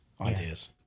ideas